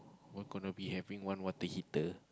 one gonna be having one water heater